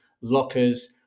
lockers